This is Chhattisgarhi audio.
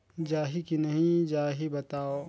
जाही की नइ जाही बताव?